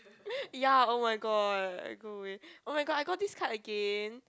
ya oh my god like go away oh my god I got this card again